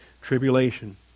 tribulation